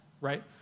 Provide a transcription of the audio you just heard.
right